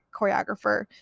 choreographer